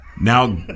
Now